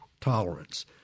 tolerance